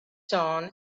son